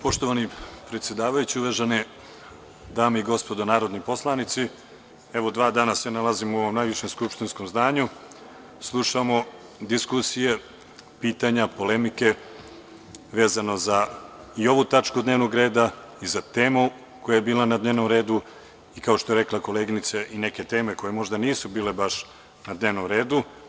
Poštovani predsedavajući, uvažene dame i gospodo narodni poslanici, evo dva dana se nalazimo u ovom najvišem skupštinskom zdanju, slušamo diskusije, pitanja, polemike vezano za ovu tačku dnevnog reda i za temu koja je bila na dnevnom redu, kao što je rekla koleginica, i neke teme koje možda nisu bile baš na dnevnom redu.